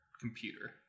computer